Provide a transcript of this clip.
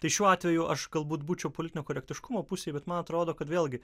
tai šiuo atveju aš galbūt būčiau politinio korektiškumo pusėj bet man atrodo kad vėlgi